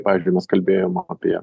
pavyzdžiui mes kalbėjom apie